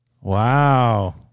Wow